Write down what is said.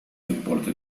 deporte